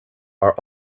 are